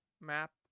map